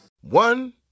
One